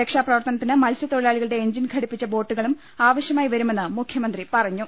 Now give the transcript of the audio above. രക്ഷാ പ്രവർത്ത നത്തിന് മത്സ്യത്തൊഴിലാളികളുടെ എഞ്ചിൻ ഘടിപ്പിച്ച ബോട്ടു കളും ആവശ്യമായി വരുമെന്ന് മുഖ്യമന്ത്രി പറഞ്ഞു